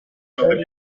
torero